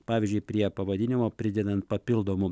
pavyzdžiui prie pavadinimo pridedant papildomų